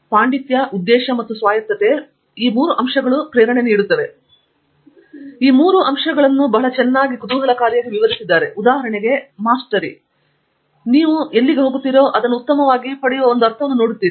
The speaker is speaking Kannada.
ಆದ್ದರಿಂದ ಬಹಳ ಚೆನ್ನಾಗಿ ಕುತೂಹಲಕಾರಿಯಾಗಿ ಈ ಎಲ್ಲಾ ಮೂರೂ ನಿಮಗೆ ಚೆನ್ನಾಗಿ ತಿಳಿದಿರುವ ಸಂಶೋಧನೆಗೆ ಸಂಬಂಧಿಸಿವೆ ಉದಾಹರಣೆಗೆ ಮಾಸ್ಟರಿ ನೀವು ಎಲ್ಲಿಗೆ ಹೋಗುತ್ತೀರೋ ಅದನ್ನು ಉತ್ತಮವಾಗಿ ಮತ್ತು ಉತ್ತಮವಾಗಿ ಪಡೆಯುವ ಒಂದು ಅರ್ಥವನ್ನು ನೋಡುತ್ತೀರಿ